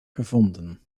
gevonden